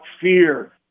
fear